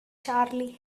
charlie